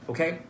Okay